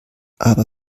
aber